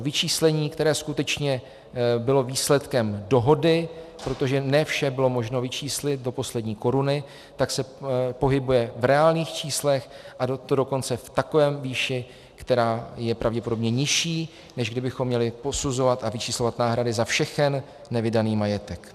Vyčíslení, které skutečně bylo výsledkem dohody, protože ne vše bylo možno vyčíslit do poslední koruny, se pohybuje v reálných číslech, a to dokonce v takové výši, která je pravděpodobně nižší, než kdybychom měli posuzovat a vyčíslovat náhrady za všechen nevydaný majetek.